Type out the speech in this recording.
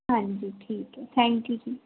ਹਾਂਜੀ ਠੀਕ ਹੈ ਥੈਂਕ ਯੂ ਜੀ